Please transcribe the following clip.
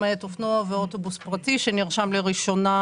למעט אופנוע ואוטובוס פרטי שנרשם לראשונה